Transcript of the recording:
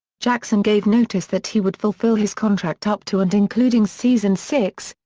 jackson gave notice that he would fulfill his contract up to and including season six,